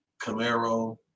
Camaro